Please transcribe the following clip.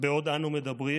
בעוד אנו מדברים,